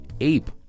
ape